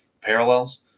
parallels